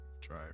try